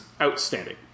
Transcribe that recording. outstanding